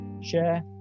share